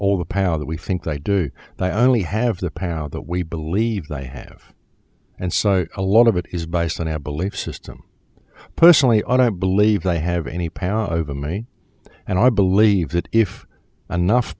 all the power that we think i do i only have the power that we believe they have and so a lot of it is based on our belief system personally and i believe they have any power over me and i believe that if anough